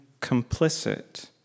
complicit